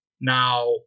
Now